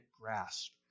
grasp